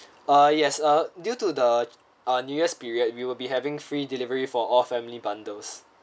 uh yes uh due to the our new year's period we will be having free delivery for all family bundles